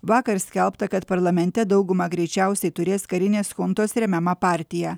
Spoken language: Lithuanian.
vakar skelbta kad parlamente daugumą greičiausiai turės karinės chuntos remiama partija